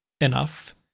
enough